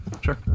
Sure